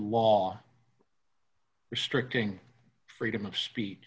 law restricting freedom of speech